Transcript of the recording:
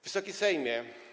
Wysoki Sejmie!